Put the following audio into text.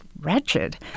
wretched